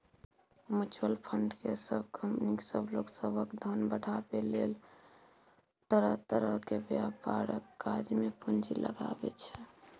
mutual fund केँ company सब लोक सभक धन बढ़ाबै लेल तरह तरह के व्यापारक काज मे पूंजी लगाबै छै